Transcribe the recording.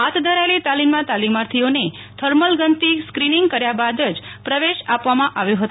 હાથ ધરાયેલી તાલીમના તાલીમાર્થીઓને થર્મલ ગનથી ક્રીનિંગ કર્યા બાદ જ પ્રવેશ આપવામાં આવ્યો હતો